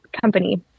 company